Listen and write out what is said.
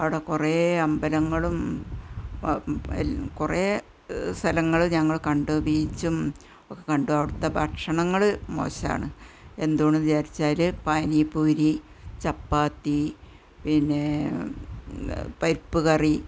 അവിടെ കുറേ അമ്പലങ്ങളും കുറേ സ്ഥലങ്ങള് ഞങ്ങള് കണ്ട് ബീച്ചും ഒക്കെ കണ്ടു അവിടുത്തെ ഭക്ഷണങ്ങൾ മോശമാണ് എന്തുകൊണ്ടെന്നു വെച്ചാൽ പാനി പൂരി ചപ്പാത്തി പിന്നെ പരിപ്പ് കറി